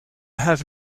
have